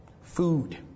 Food